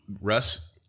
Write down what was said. Russ